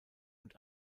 und